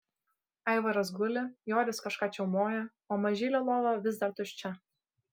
aivaras guli joris kažką čiaumoja o mažylio lova vis dar tuščia